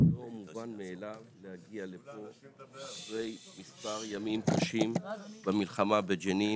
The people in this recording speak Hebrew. זה לא מובן מאליו להגיע לפה אחרי מספר ימים קשים במלחמה בג'נין.